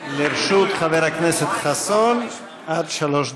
לרשות חבר הכנסת חסון עד שלוש דקות.